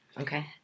Okay